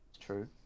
True